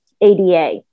ADA